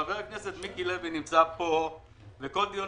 חבר הכנסת מיקי לוי נכנס לפני כל דיון